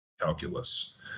calculus